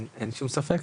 נכון, אין שום ספק.